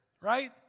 right